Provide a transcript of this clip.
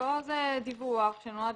כאן זה דיווח שנועד